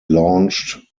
launched